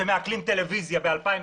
שמעקלים טלוויזיה בשווי